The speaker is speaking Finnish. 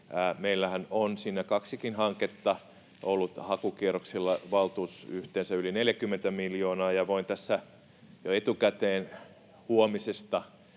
Meillähän on siinä kaksikin hanketta ollut, hakukierroksilla valtuus yhteensä yli 40 miljoonaa, ja voin tässä jo etukäteen huomisesta